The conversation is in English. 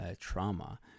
trauma